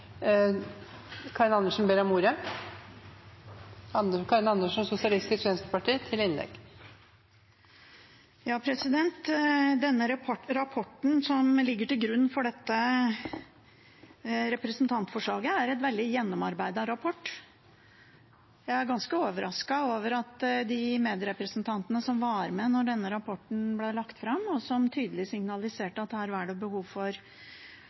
rapporten som ligger til grunn for dette representantforslaget, er en veldig gjennomarbeidet rapport. Jeg er ganske overrasket over de medrepresentantene som var med da denne rapporten ble lagt fram, som tydelig signaliserte at her var det behov for